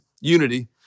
unity